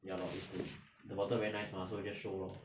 ya lor is to the bottom very nice mah so I just 收 lor